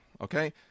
Okay